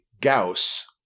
Gauss